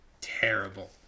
terrible